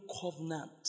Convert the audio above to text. covenant